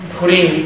putting